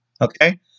Okay